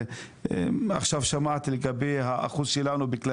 עכשיו שמעתי לגבי האחוז שלנו בקופת